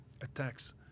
attacks